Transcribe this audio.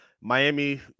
Miami